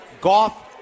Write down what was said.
Goff